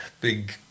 big